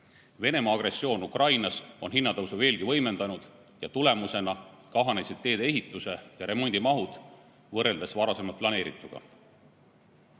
Venemaa agressioon Ukrainas on hinnatõusu veelgi võimendanud ja selle tulemusena kahanesid teede ehituse ja remondi mahud võrreldes varasemalt planeerituga. Hindade